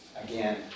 again